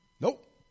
Nope